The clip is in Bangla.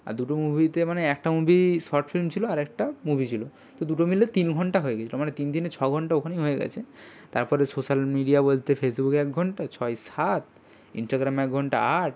আর দুটো মুভিতে মানে একটা মুভি শর্ট ফিল্ম ছিল আর একটা মুভি ছিল তো দুটো মিলে তিন ঘণ্টা হয়ে গিয়েছিল মানে তিন তিনে ছ ঘণ্টা ওখানেই হয়ে গেছে তারপরে সোশ্যাল মিডিয়া বলতে ফেসবুকে এক ঘণ্টা ছয় সাত ইনস্টাগ্রামে এক ঘণ্টা আট